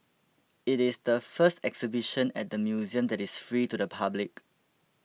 it is the first exhibition at the museum that is free to the public